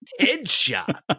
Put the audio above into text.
headshot